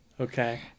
Okay